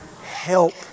Help